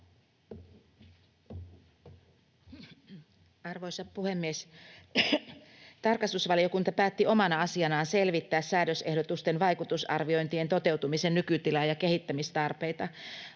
Arvoisa puhemies! Tarkastusvaliokunta päätti omana asianaan selvittää säädösehdotusten vaikutusarviointien toteutumisen nykytilaa ja kehittämistarpeita.